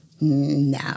No